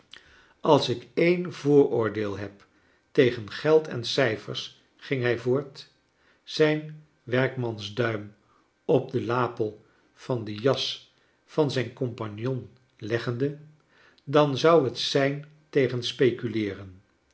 als ik een vooroordeel heb tegen geld en cijfers ging hij voort zijn werkmansduim op de lapel van de jas van zijn compagnon leggende dan zou het zijn tegen speculeeren